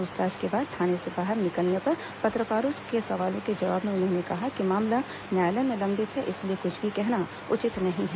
पूछताछ के बाद थाने से बाहर निकलने पर पत्रकारों के सवालों के जवाब में उन्होंने कहा कि मामला न्यायालय में लंबित है इसलिए कुछ भी कहना उचित नहीं है